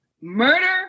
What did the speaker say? murder